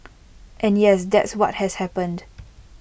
and yes that's what has happened